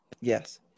yes